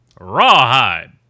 Rawhide